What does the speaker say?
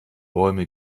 bäume